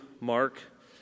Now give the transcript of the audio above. Mark